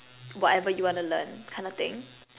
whatever you want to learn kind of thing